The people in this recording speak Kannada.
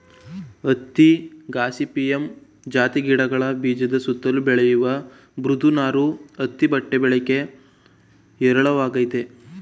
ಹತ್ತಿ ಗಾಸಿಪಿಯಮ್ ಜಾತಿ ಗಿಡಗಳ ಬೀಜದ ಸುತ್ತಲು ಬೆಳೆಯುವ ಮೃದು ನಾರು ಹತ್ತಿ ಬಟ್ಟೆ ಬಳಕೆ ಹೇರಳವಾಗಯ್ತೆ